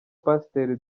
pasiteri